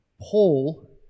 Paul